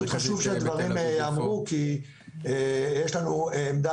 פשוט חשוב שדברים יאמרו כי יש לנו עמדה